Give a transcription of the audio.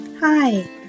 Hi